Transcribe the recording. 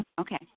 Okay